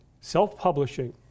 self-publishing